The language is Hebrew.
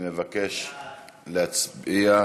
אני מבקש להצביע.